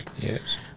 Yes